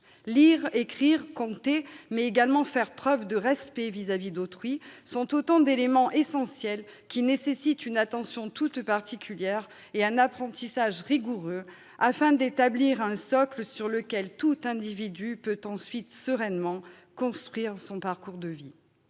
Lire, écrire, compter, mais également faire preuve de respect vis-à-vis d'autrui sont autant d'éléments essentiels qui nécessitent une attention toute particulière et un apprentissage rigoureux afin d'établir un socle sur lequel tout individu peut ensuite sereinement « construire » son parcours de vie.